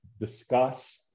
discuss